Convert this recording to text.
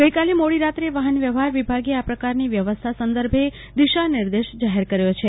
ગઈકાલે મોડી રાત્રે વાહનવ્યવહાર વિભાગે આ પ્રકારની વ્યવસ્થા સંદર્ભે દિશા નિર્દેશ જાહેર કર્યો છે